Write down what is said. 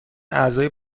اعضای